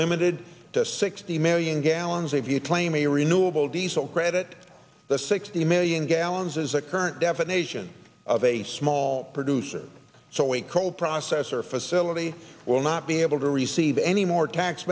limited to sixty million gallons if you claim a renewable diesel credit the sixty million gallons is the current definition of a small producer so a coal processor facility will not be able to receive any more tax